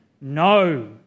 no